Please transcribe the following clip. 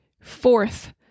Fourth